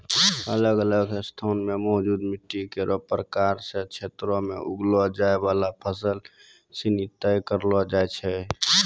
अलग अलग स्थान म मौजूद मिट्टी केरो प्रकार सें क्षेत्रो में उगैलो जाय वाला फसल सिनी तय करलो जाय छै